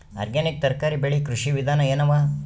Organic ತರಕಾರಿ ಬೆಳಿ ಕೃಷಿ ವಿಧಾನ ಎನವ?